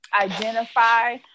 identify